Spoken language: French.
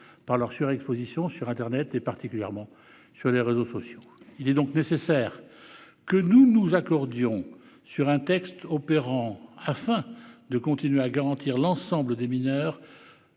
par leur surexposition sur internet, particulièrement sur les réseaux sociaux. Il est donc nécessaire que nous nous accordions sur un texte opérant, afin de continuer à garantir à l'ensemble des mineurs